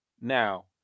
Now